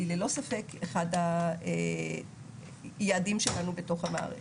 היא ללא ספק אחד היעדים שלנו בתוך המערכת.